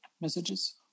messages